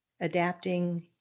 adapting